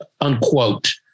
unquote